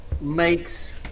makes